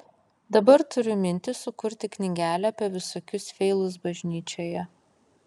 dabar turiu mintį sukurti knygelę apie visokius feilus bažnyčioje